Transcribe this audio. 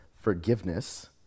forgiveness